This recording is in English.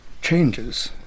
changes